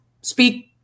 speak